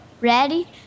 Ready